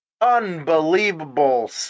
unbelievable